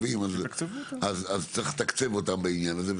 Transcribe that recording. שאין להם מנהלי פרויקטים טובים אז צריך לתקצב אותם בעניין הזה,